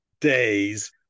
days